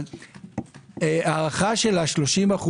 ההערכה של ה-30%,